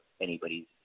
anybody's